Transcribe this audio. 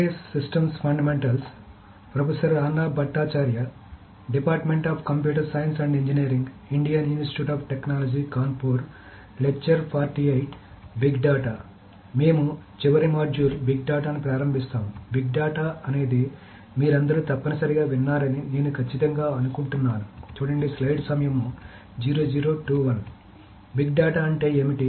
big data అంటే ఏమిటి